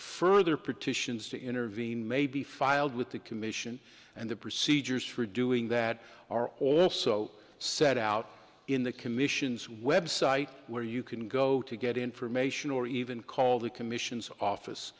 further petitions to intervene may be filed with the commission and the procedures for doing that are also set out in the commission's website where you can go to get information or even call the commission's office